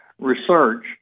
research